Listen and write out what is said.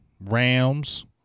Rams